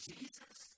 Jesus